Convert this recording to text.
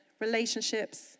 relationships